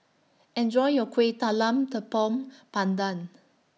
Enjoy your Kueh Talam Tepong Pandan